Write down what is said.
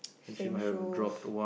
same shoes